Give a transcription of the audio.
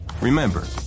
Remember